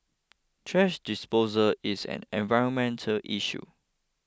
thrash disposal is an environmental issue